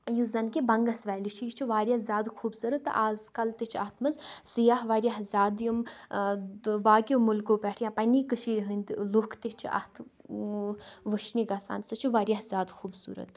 یُس زَن کہِ بَنگس ویلی چھِ یہِ چھُ واریاہ زیادٕ خوٗبصوٗرت تہٕ آز کل تہِ چھِ اَتھ منٛز سِیاح واریاہ زیادٕ یِم باقیو مُلکو پٮ۪ٹھ یا پنٕنی کٔشیٖر ۂندۍ لُکھ تہِ چھِ اَتھ وٕچھنہِ گژھان سُہ چھُ واریاہ زیادٕ خوٗبصوٗرت